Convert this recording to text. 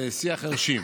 שיח חירשים.